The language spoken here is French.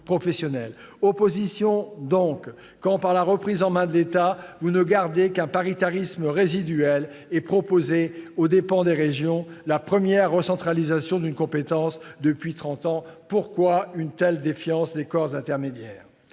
se fait jour quand, par la reprise en main du dispositif par l'État, vous ne gardez qu'un paritarisme résiduel et proposez, aux dépens des régions, la première recentralisation d'une compétence depuis trente ans. Pourquoi une telle défiance à l'égard des corps intermédiaires ?